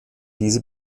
diese